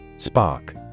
Spark